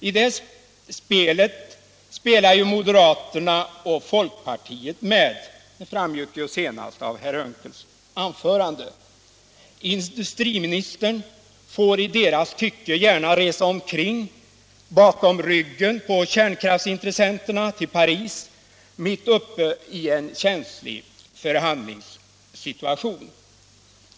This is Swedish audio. I det spelet spelar moderaterna och folkpartiet med. Det framgick senast av herr Unckels anförande. Energiministern får enligt deras uppfattning gärna resa omkring bakom ryggen på kärnkraftsintressenterna, exempelvis till Paris, mitt i en känslig förhandlingssituation.